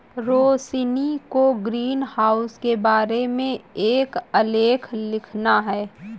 रोशिनी को ग्रीनहाउस के बारे में एक आलेख लिखना है